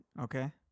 Okay